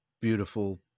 beautiful